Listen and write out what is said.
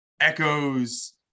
echoes